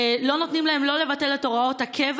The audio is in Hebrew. לא נותנים להם לא לבטל את הוראות הקבע